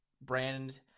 brand